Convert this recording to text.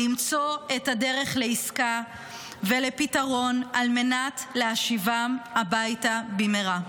למצוא את הדרך לעסקה ולפתרון על מנת להשיבם הביתה במהרה.